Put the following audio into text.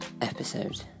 episode